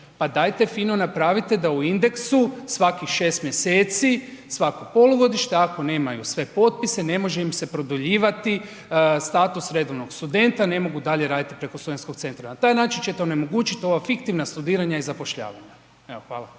pa dajte fino napravite da u indeksu svakih 6 mjeseci, svako polugodište ako nemaju sve potpise, ne može im se produljivati status redovnog studenta, ne mogu dalje raditi preko studentskog centra, na taj način ćete onemogućit ova fiktivna studiranja i zapošljavanja, evo hvala.